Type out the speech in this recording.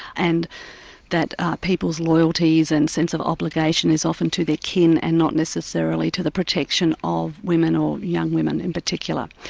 and that people's loyalties and sense of obligation is often to their kin and not necessarily to the protection of women or young women in particular.